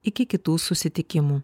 iki kitų susitikimų